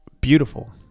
beautiful